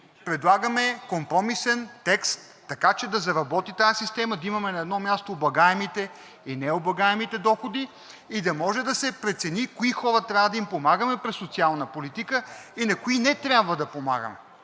предлагаме компромисен текст, така че да заработи тази система – да имаме на едно място облагаемите и необлагаемите доходи и да може да се прецени на кои хора трябва да им помагаме през социална политика и на кои не трябва да помагаме,